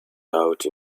out